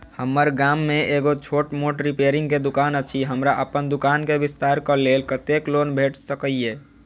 हम्मर गाम मे एगो छोट मोट रिपेयरिंग केँ दुकान अछि, हमरा अप्पन दुकान केँ विस्तार कऽ लेल कत्तेक लोन भेट सकइय?